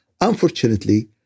unfortunately